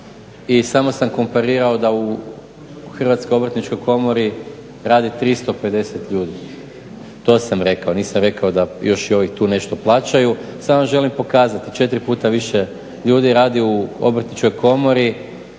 i samo sam komparirao da u HOK-u radi 350 ljudi. To sam rekao, nisam rekao da još i ovi tu nešto plaćaju. Samo želim pokazati 4 puta više ljudi radi u Obrtničkoj komori,